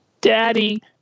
Daddy